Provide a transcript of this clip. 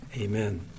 Amen